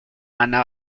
ana